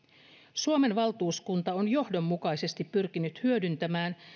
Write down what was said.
suomen valtuuskunta on johdonmukaisesti pyrkinyt hyödyntämään